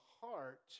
heart